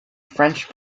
french